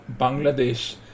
Bangladesh